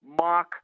mock